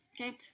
okay